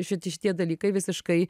šit šitie dalykai visiškai